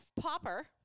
Popper